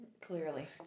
Clearly